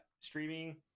Streaming